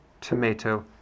tomato